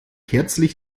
herzlich